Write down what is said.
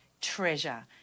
treasure